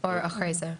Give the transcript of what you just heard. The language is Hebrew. או אחר כך?